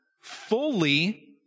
Fully